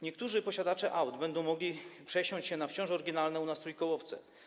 Niektórzy posiadacze aut będą mogli przesiąść się na wciąż oryginalne u nas trójkołowce.